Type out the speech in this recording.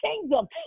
kingdom